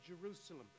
Jerusalem